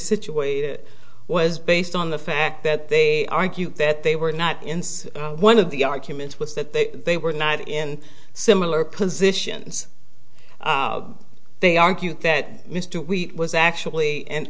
situated was based on the fact that they argued that they were not insane one of the arguments was that they they were not in similar positions they argued that mr we was actually an